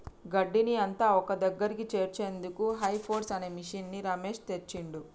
గడ్డిని అంత ఒక్కదగ్గరికి చేర్చేందుకు హే ఫోర్క్ అనే మిషిన్ని రమేష్ తెచ్చిండు